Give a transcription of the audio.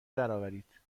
درآورید